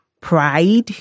pride